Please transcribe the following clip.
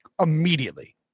immediately